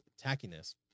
tackiness